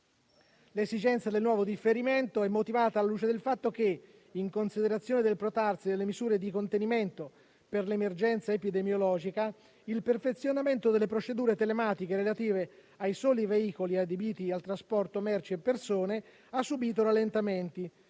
L'esigenza del nuovo differimento è motivata alla luce del fatto che, in considerazione del protrarsi delle misure di contenimento per l'emergenza epidemiologica, il perfezionamento delle procedure telematiche relative ai soli veicoli adibiti al trasporto merci e persone ha subito rallentamenti,